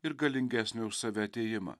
ir galingesnio už save atėjimą